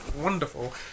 wonderful